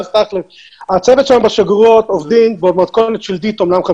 הצוות שלנו בשגרירויות עובדים במתכונת שלדית אמנם,